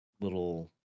little